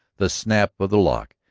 the snap of the lock,